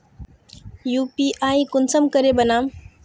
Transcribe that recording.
UPI कुंसम करे बनाम?